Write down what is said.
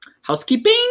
Housekeeping